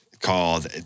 called